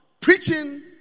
Preaching